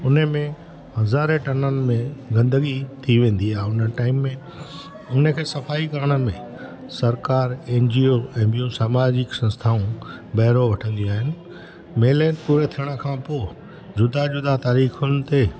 उनमें हज़ारे टननि में गंदगी थी वेंदी आहे उन टाइम में इनखे सफ़ाई करण में सरकार N G O N G O सामाजिक संस्थाऊं ॿाहिरो वठंदी आहिनि मेले जे पूरे थियण खां पोइ जुदा जुदा तारीख़ुनि ते